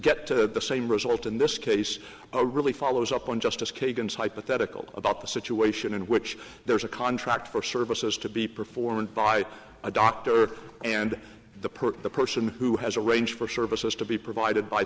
get same result in this case a really follows up on justice kagan's hypothetical about the situation in which there is a contract for services to be performed by a doctor and the perp the person who has a range for services to be provided by